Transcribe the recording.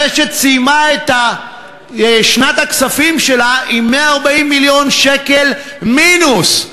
הרשת סיימה את שנת הכספים שלה עם 140 מיליון שקל מינוס,